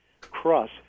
cross